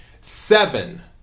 seven